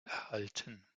erhalten